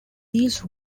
these